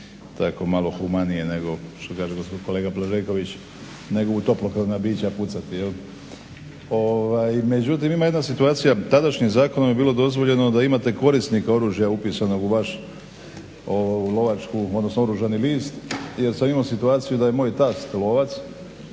tako malo humanije nego što kaže gospodin kolega Blažeković nego u toplokrvna bića pucati jel'. Međutim ima jedna situacija, tadašnjim zakonom je bilo dozvoljeno da imate korisnika oružja upisanog u vaš oružani list jer sam imao situaciju da je moj tast lovac